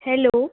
hello